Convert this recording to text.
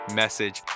message